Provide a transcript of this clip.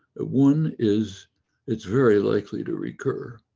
ah one is it's very likely to recur,